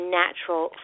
natural